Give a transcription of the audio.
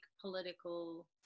political